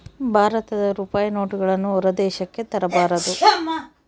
ಭಾರತದ ರೂಪಾಯಿ ನೋಟುಗಳನ್ನು ಹೊರ ದೇಶಕ್ಕೆ ತರಬಾರದು